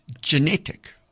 genetic